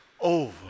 over